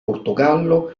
portogallo